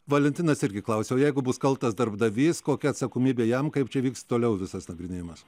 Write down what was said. valentinas irgi klausiau jeigu bus kaltas darbdavys kokia atsakomybė jam kaip čia vyks toliau visas nagrinėjimas